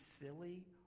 silly